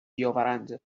بیاورند